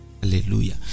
Hallelujah